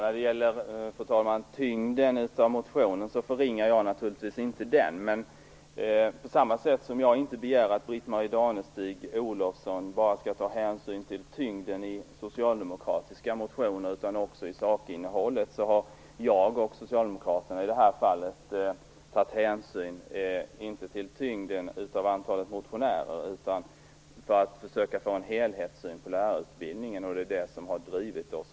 Fru talman! Jag förringar naturligtvis inte motionens tyngd. Men på samma sätt som jag begär att Britt-Marie Danestig-Olofsson skall ta hänsyn inte bara till tyngden i Socialdemokraternas motioner utan också till sakinnehållet, har jag och Socialdemokraterna i det här fallet tagit hänsyn inte till tyngden av antalet motionärer utan till försöket att få en helhetssyn på lärarutbildningen. Det är det som har drivit oss.